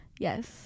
Yes